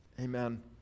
Amen